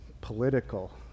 political